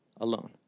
alone